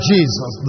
Jesus